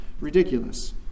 ridiculous